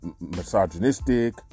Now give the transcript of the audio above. misogynistic